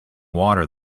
water